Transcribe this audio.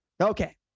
Okay